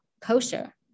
kosher